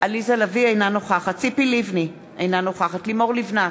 אינה נוכחת ציפי לבני, אינה נוכחת לימור לבנת,